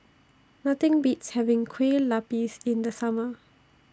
Nothing Beats having Kueh Lupis in The Summer